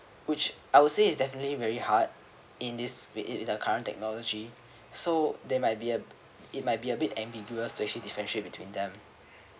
which I would say is definitely very hard in this with it with our current technology so they might be a bi~ might be a bit ambiguous to actually differentiate between them